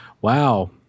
wow